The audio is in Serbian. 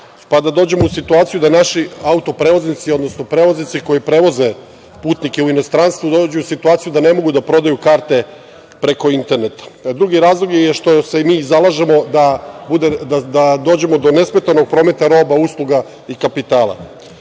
pa da dođemo u situaciju da naši auto-prevoznici, odnosno prevoznici koji prevoze putnike u inostranstvo dođu u situaciju da ne mogu da prodaju karte preko interneta. Drugi razlog je što se mi zalažemo da dođemo do nesmetanog prometa roba, usluga i kapitala. Meni